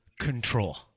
control